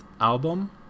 album